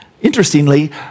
Interestingly